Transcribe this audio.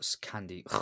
Candy